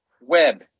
web